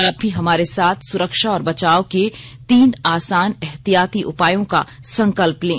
आप भी हमारे साथ सुरक्षा और बचाव के तीन आसान एहतियाती उपायों का संकल्प लें